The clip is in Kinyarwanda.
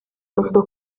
avuga